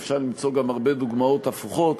אפשר למצוא גם הרבה דוגמות הפוכות.